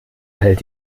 hält